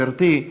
גברתי,